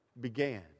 began